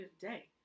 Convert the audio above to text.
day